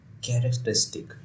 characteristic